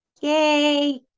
Yay